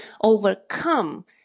overcome